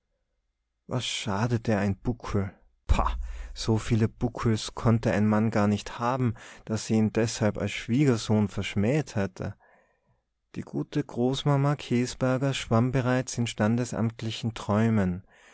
was schadete ein buckel pah so viele buckels konnte ein mann gar nicht haben daß sie ihn deshalb als schwiegersohn verschmäht hätte die gute großmama käsberger schwamm bereits in standesamtlichen träumen